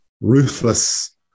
ruthless